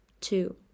Two